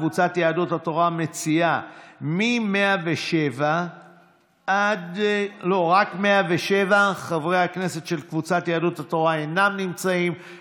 קבוצת סיעת יהדות התורה מציעה את הסתייגות 107. חברי הכנסת של קבוצת סיעת יהדות התורה אינם נמצאים,